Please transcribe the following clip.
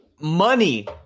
money